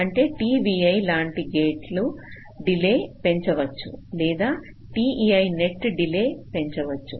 అంటే t లాంటి గేట్ల డిలే పెంచవచ్చు లేదా t నెట్టు డిలే పెంచవచ్చు